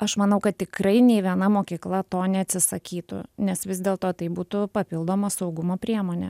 aš manau kad tikrai nei viena mokykla to neatsisakytų nes vis dėlto tai būtų papildoma saugumo priemonė